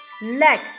leg